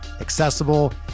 accessible